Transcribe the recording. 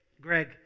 Greg